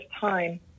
time